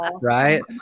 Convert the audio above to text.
right